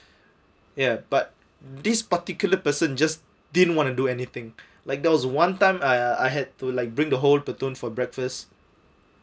ya but this particular person just didn't want to do anything like there was one time uh I had to like bring the whole platoon for breakfast